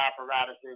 apparatuses